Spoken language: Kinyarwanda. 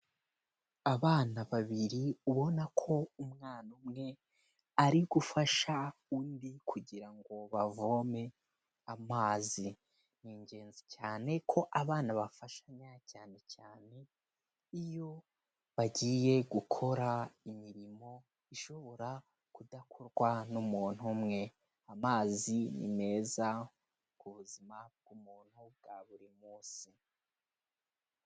Abana babiri ubona ko umwana umwe ari gufasha undi kugira ngo bavome amazi. Ni ingenzi cyane ko abana bafashanya cyane cyane iyo bagiye gukora imirimo ishobora kudakorwa n'umuntu umwe. Amazi ni meza ku buzima bw'umuntu bwa buri munsi.